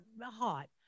hot